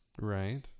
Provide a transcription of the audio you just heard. Right